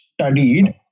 studied